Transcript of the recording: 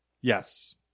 Yes